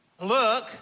look